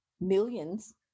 millions